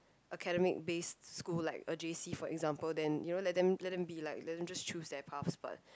academic based school like a j_c for example then you know let them let them be like let them just choose their paths but